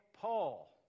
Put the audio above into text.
Paul